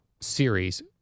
series